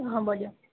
হ'ব দিয়ক